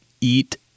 eat